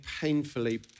painfully